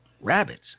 rabbits